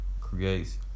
creates